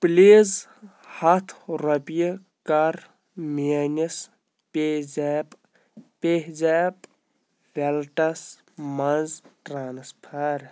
please ہَتھ رۄپیہِ کر میٛٲنِس پے زیپ پہہ زیپ ویلٹس مَنٛز ٹرانسفر